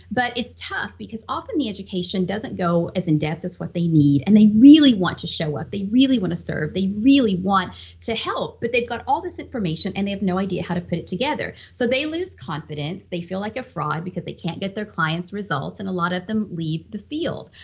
but it's tough, because often the education doesn't go as in-depth as they need. and they really want to show up, they really want to serve, they really want to help but they got all this information, and they have no idea how to put it together. so they lose confidence, they feel like a fraud because they can't get their clients results, and a lot of them leave the field.